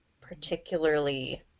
particularly